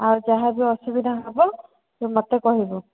ଆଉ ଯାହା ବି ଅସୁବିଧା ହେବ ତୁ ମୋତେ କହିବୁ